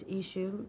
issue